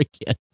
again